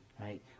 right